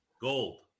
gold